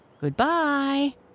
Goodbye